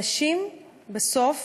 אנשים בסוף